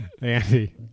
Andy